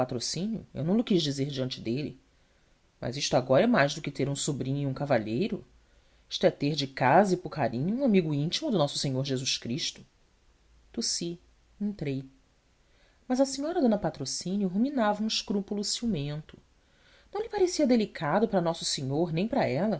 eu não lho quis dizer diante dele mas isto agora é mais do que ter um sobrinho e um cavalheiro isto é ter de casa e pucarinho um amigo íntimo de nosso senhor jesus cristo tossi entrei mas a senhora d patrocínio ruminava um escrúpulo ciumento não lhe parecia delicado para nosso senhor nem para ela